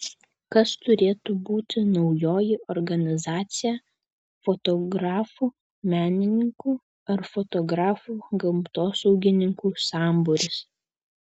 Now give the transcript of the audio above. kas turėtų būti naujoji organizacija fotografų menininkų ar fotografų gamtosaugininkų sambūris